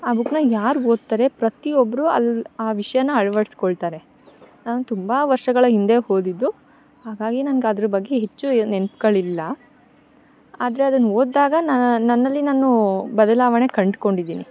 ಆ ಬುಕ್ನ ಯಾರು ಓದ್ತಾರೆ ಪ್ರತಿ ಒಬ್ಬರು ಅಲ್ಲಿ ಆ ವಿಷಯನ ಅಳ್ವಡಿಸ್ಕೊಳ್ತಾರೆ ನಾನು ತುಂಬ ವರ್ಷಗಳ ಹಿಂದೆ ಓದಿದ್ದು ಹಾಗಾಗಿ ನನ್ಗೆ ಅದ್ರ ಬಗ್ಗೆ ಹೆಚ್ಚು ನೆನ್ಪುಗಳಿಲ್ಲ ಆದರೆ ಅದನ್ನು ಓದ್ದಾಗ ನಾನು ನನ್ನಲ್ಲಿ ನಾನು ಬದಲಾವಣೆ ಕಂಡುಕೊಂಡಿದ್ದೀನಿ